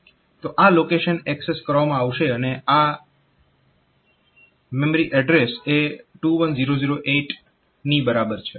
તો આ location access કરવામાં આવશે અને આ MA એ 21008 ની બરાબર છે